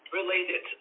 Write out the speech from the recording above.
related